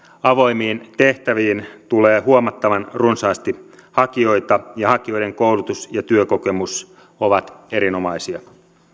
avoimiin tehtäviin tulee huomattavan runsaasti hakijoita ja hakijoiden koulutus ja työkokemus ovat erinomaisia